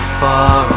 far